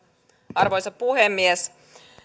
arvoisa puhemies